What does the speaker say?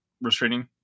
restraining